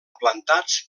plantats